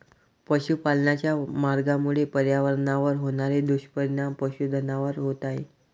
पशुपालनाच्या मार्गामुळे पर्यावरणावर होणारे दुष्परिणाम पशुधनावर होत आहेत